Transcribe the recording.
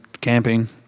camping